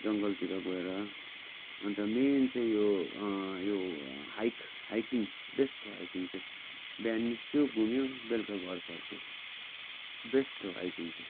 जङ्गलतिर गएर अन्त मेन चाहिँ यो यो हाइक हाइकिङ बेस्ट हो हाइकिङ चाहिँ बिहान निस्क्यो घुम्यो बेलुका घर फर्क्यो बेस्ट हो हाइकिङ चाहिँ